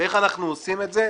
איך אנחנו עושים את זה?